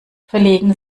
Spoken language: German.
verlegen